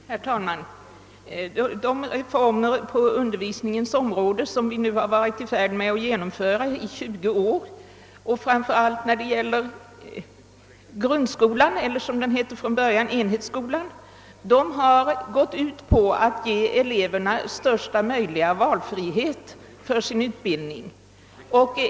Herr talman! De reformer på undervisningens område, som vi nu under 20 år hållit på med att genomföra framför allt för grundskolan eller, som den från början hette, enhetsskolan, har gått ut på att ge eleverna största möjliga valfrihet för sin utbildning.